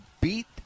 beat